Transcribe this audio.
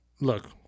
look